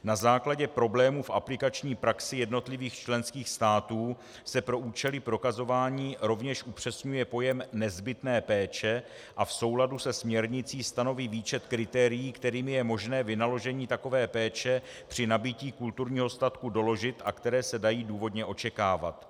Na základě problémů v aplikační praxi jednotlivých členských států se pro účely prokazování rovněž upřesňuje pojem nezbytné péče a v souladu se směrnicí stanoví výčet kritérií, kterými je možné vynaložení takové péče při nabytí kulturního statku doložit a které se dají důvodně očekávat.